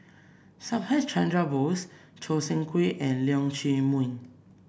Subhas Chandra Bose Choo Seng Quee and Leong Chee Mun